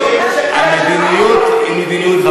המדיניות היא מדיניות,